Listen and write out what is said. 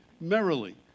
merrily